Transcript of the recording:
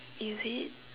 is it